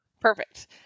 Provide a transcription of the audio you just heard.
Perfect